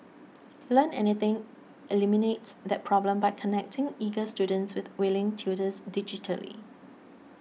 Learn Anything eliminates that problem by connecting eager students with willing tutors digitally